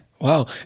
Wow